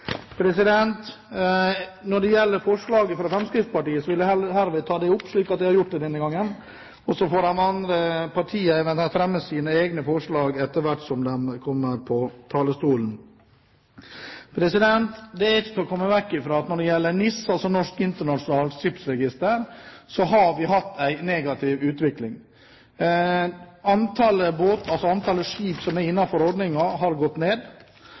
endringer. Når det gjelder forslaget fra Fremskrittspartiet, vil jeg herved ta det opp, slik at jeg har gjort det, og så får de andre partiene eventuelt fremme sine egne forslag etter hvert som de kommer på talerstolen. Det er ikke til å komme vekk fra at når det gjelder NIS, altså Norsk Internasjonalt Skipsregister, har vi hatt en negativ utvikling. Antallet skip som er innenfor ordningen, har gått ned.